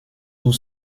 tout